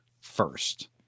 first